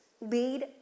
lead